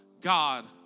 God